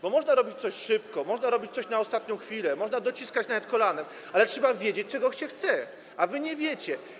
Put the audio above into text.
Bo można robić coś szybko, można robić coś na ostatnią chwilę, można dociskać nawet kolanem, ale trzeba wiedzieć, czego się chce, a wy nie wiecie.